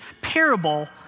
parable